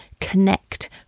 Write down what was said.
connect